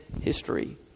history